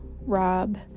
Rob